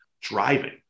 driving